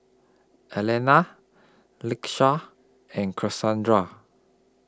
Alannah Lakeisha and Kasandra